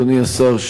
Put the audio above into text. אדוני השר,